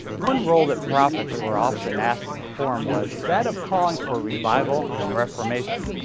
one role that prophets were often asked to perform was that of calling for revival and reformation.